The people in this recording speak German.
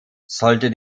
sollte